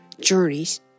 journeys